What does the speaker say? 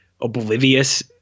oblivious